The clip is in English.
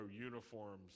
uniforms